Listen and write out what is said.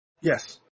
Yes